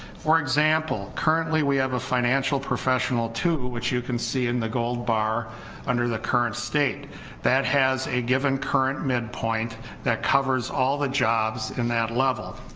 for example, currently we have a financial professional to which you can see in the gold bar under the current state that has a given current midpoint that covers all the jobs in that level,